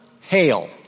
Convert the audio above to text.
hail